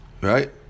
Right